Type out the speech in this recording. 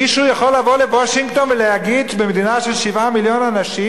מישהו יכול לבוא לוושינגטון ולהגיד שבמדינה של 7 מיליון אנשים,